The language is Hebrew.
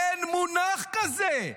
אין מונח כזה.